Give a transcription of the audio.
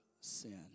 sin